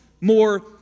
more